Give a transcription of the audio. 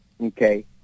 okay